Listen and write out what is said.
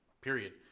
period